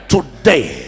Today